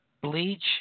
bleach